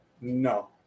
No